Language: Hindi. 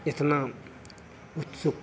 इतना उत्सुक